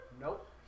Nope